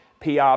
PR